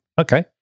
Okay